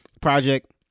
project